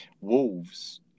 Wolves